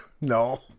no